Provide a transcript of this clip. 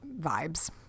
vibes